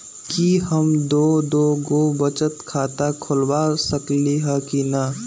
कि हम दो दो गो बचत खाता खोलबा सकली ह की न?